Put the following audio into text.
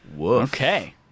Okay